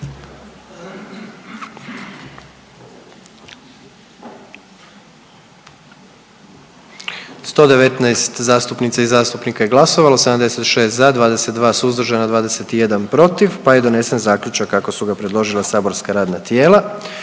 121 zastupnica i zastupnik, 114 za i jedan suzdržani i 6 protiv, pa je donesen zaključak kako su ga predložila saborska radna tijela.